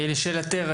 לשאלתך,